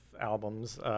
albums